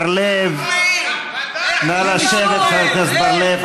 בר-לב, נא לשבת, חבר הכנסת בר-לב.